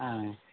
ఆయ్